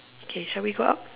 okay shall we go up